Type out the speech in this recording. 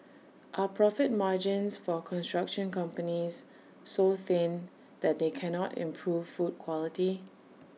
are profit margins for construction companies so thin that they can not improve food quality